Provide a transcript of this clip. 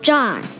John